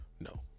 No